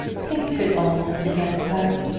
think of it all once again, clara.